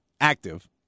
active